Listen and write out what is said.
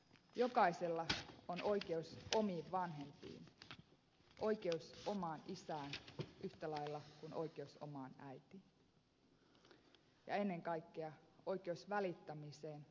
jokaisella on oikeus omiin vanhempiin oikeus omaan isään yhtä lailla kuin oikeus omaan äitiin ja ennen kaikkea oikeus välittämiseen ja rakkauteen